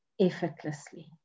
effortlessly